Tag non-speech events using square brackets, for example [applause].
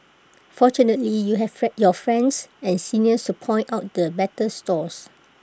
fortunately you have [noise] your friends and seniors to point out the better stalls